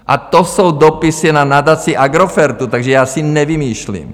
A to jsou dopisy na Nadaci Agrofertu, takže já si nevymýšlím.